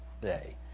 Day